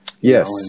Yes